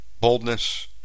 boldness